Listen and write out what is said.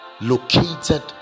located